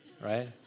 right